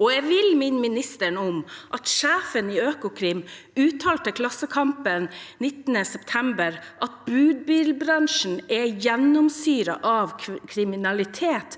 Jeg vil minne statsråden om at sjefen i Økokrim uttalte til Klassekampen 19. september i fjor at budbilbransjen er gjennomsyret av kriminalitet,